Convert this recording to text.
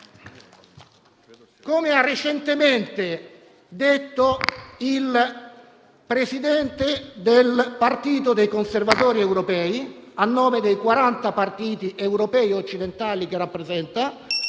Come ha recentemente detto il presidente del Partito dei conservatori europei, a nome dei 40 partiti europei occidentali che rappresenta,